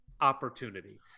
opportunity